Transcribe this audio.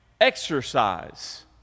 exercise